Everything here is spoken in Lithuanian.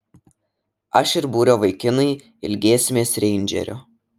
aš ir būrio vaikinai ilgėsimės reindžerio